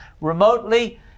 remotely